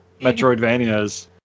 Metroidvanias